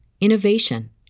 innovation